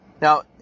Now